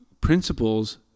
principles